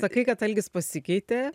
sakai kad algis pasikeitė